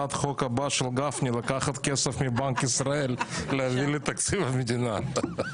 הצעת החוק הבאה של גפני לקחת כסף מבנק ישראל ולהעביר לתקציב המדינה.